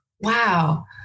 wow